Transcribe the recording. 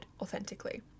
authentically